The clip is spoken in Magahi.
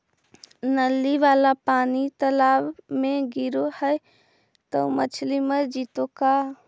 नली वाला पानी तालाव मे गिरे है त मछली मर जितै का?